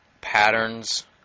patterns